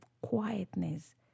quietness